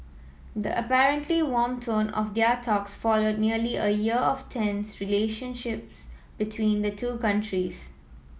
the apparently warm tone of their talks followed nearly a year of tense relationships between the two countries